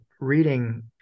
reading